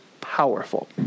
powerful